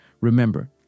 Remember